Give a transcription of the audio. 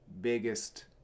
biggest